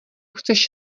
chceš